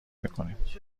میکنیم